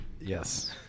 Yes